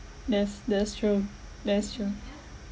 yes that's true that's true